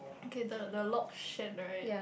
okay the the lock shattered